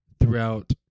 throughout